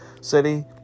city